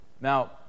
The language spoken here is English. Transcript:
Now